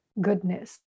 goodness